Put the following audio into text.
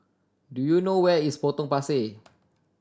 do you know where is Potong Pasir